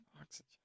oxygen